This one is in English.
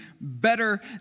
better